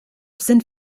sind